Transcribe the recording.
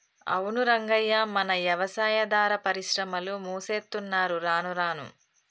అవును రంగయ్య మన యవసాయాదార పరిశ్రమలు మూసేత్తున్నరు రానురాను